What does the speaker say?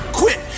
quit